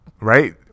Right